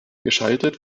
geschaltet